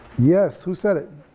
yes, who said it?